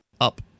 up